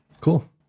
Cool